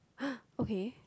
okay